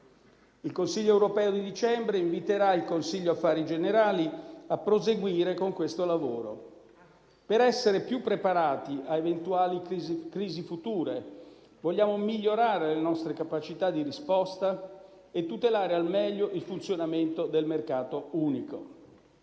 Il Consiglio europeo di dicembre inviterà il Consiglio affari generali a proseguire con questo lavoro. Per essere più preparati a eventuali crisi future, vogliamo migliorare le nostre capacità di risposta e tutelare al meglio il funzionamento del mercato unico.